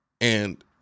And-